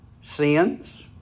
Sins